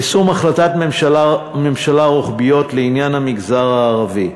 "יישום החלטות ממשלה רוחביות לעניין המגזר הערבי: